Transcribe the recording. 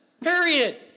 period